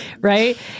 right